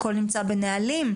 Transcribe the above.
הכל נמצא בנהלים.